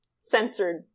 censored